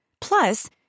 Plus